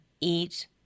eat